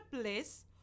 place